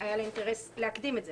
ואחר כך היה לה אינטרס להקדים את זה.